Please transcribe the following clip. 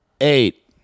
eight